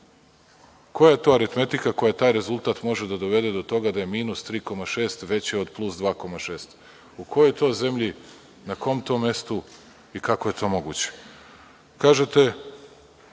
Koja je to aritmetika koja taj rezultat može da dovede do toga da je minus 3,6 veće od plus 2,6? U kojoj to zemlji, na kom to mestu i kako je to moguće? Kažete